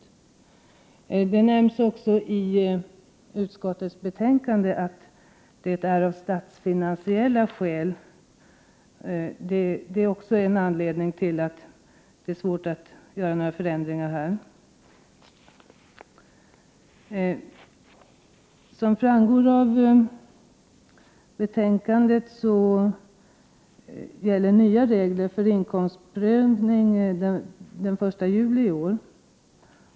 Vidare nämns det i betänkandet att det är av statsfinansiella skäl som det är svårt att åstadkomma förändringar i detta avseende. Som framgår av betänkandet gäller nya regler för inkomstprövning fr.o.m. den 1 juli i år.